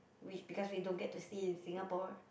we because we don't get to stay in Singapore